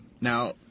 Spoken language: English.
Now